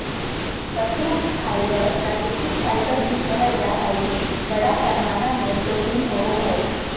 पशु फाइबर प्राकृतिक फाइबर भी कहल जा हइ, बड़ा पैमाना में प्रोटीन होवो हइ